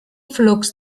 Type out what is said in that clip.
flux